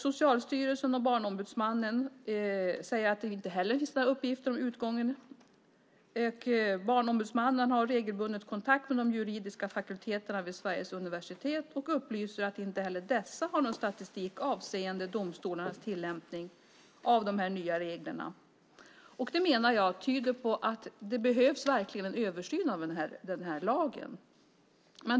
Socialstyrelsen och Barnombudsmannen säger att det inte heller finns några uppgifter om utgången. Barnombudsmannen har regelbunden kontakt med de juridiska fakulteterna vid Sveriges universitet och upplyser om att inte heller dessa har någon statistik avseende domstolarnas tillämpning av de nya reglerna. Det här tyder på att det verkligen behövs en översyn av lagen.